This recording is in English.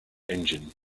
engine